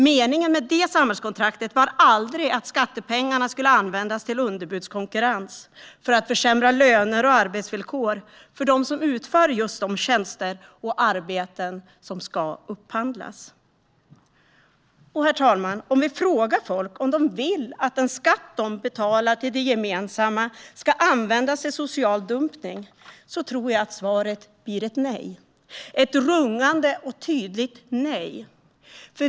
Meningen med det samhällskontraktet var aldrig att skattepengarna skulle användas till underbudskonkurrens för att försämra löner och arbetsvillkor för dem som utför de tjänster och arbeten som ska upphandlas. Herr talman! Om vi frågar folk om de vill att den skatt de betalar till det gemensamma ska användas till social dumpning tror jag att svaret blir nej, ett rungande och tydligt nej.